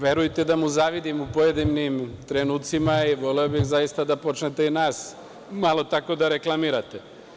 Verujte da mu zavidim u pojedinim trenucima i voleo bih zaista da počnete i nas malo tako da reklamirate.